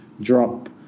drop